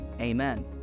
amen